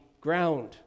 ground